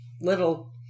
little